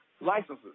licenses